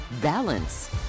balance